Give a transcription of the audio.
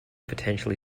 potentially